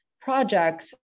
projects